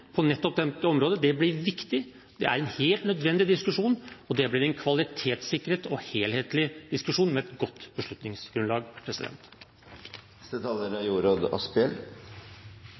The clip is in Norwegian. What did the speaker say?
på nettopp dette området. Det blir viktig og er en helt nødvendig diskusjon, og det blir en kvalitetssikret og helhetlig diskusjon med et godt beslutningsgrunnlag. Dette blir mitt siste innlegg. Det er